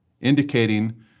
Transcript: indicating